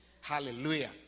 Hallelujah